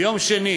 ביום שני